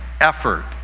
effort